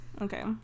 Okay